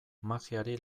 magiari